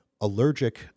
allergic